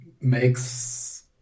makes